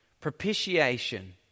Propitiation